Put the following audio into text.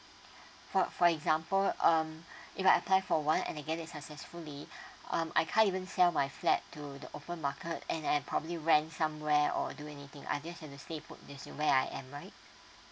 for for example um if I apply for one and get it successfully um I can't even sell my flat to the open market and I probably went somewhere or do anything I just have to stay put where I am right